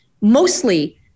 mostly